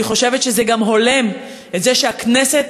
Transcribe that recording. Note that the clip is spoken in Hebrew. אני חושבת שזה גם הולם את זה שהכנסת